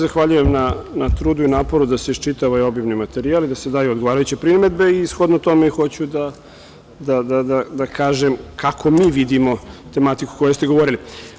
Zahvaljujem se na trudu i naporu da se iščita ovaj obimni materijal i da se daju odgovarajuće primedbe i, shodno tome, hoću da kažem kako mi vidimo tematiku o kojoj ste govorili.